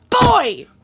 boy